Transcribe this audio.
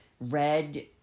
Red